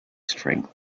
strength